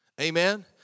Amen